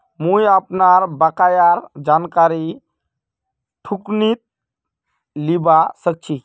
मुई अपनार बकायार जानकारी कुंठित लिबा सखछी